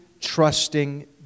trusting